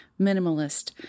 minimalist